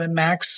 max